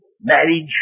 marriage